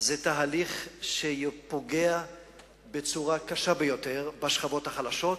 זה תהליך שפוגע בצורה קשה ביותר בשכבות החלשות,